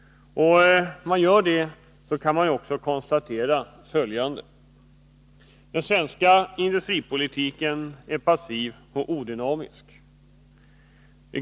Med tanke på detta kan man konstatera följande: Den svenska industripolitiken är passiv och odynamisk.